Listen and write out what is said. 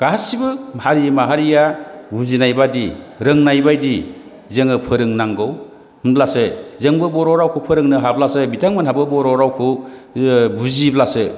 गासिबो हारि माहारिआ बुजिनाय बादि रोंनाय बायदि जोङो फोरोंनांगौ होमब्लासो जोंबो बर' रावखौ फोरोंनो हाब्लासो बिथांमोनहाबो बर' रावखौ ओ बुजिब्लासो